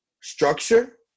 structure